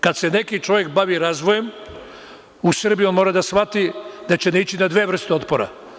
Kada se neki čovek bavi razvojem u Srbiji, on mora da shvati da će naići na dve vrste otpora.